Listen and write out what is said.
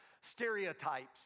stereotypes